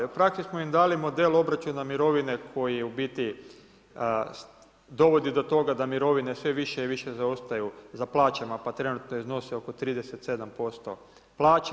U praksi smo im dali model obračuna mirovina koji u biti dovodi do toga da mirovine sve više i više zaostaju za plaćama, pa trenutno iznose oko 37% plaće.